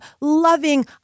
loving